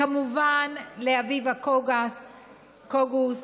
כמובן לאביבה קוגוס,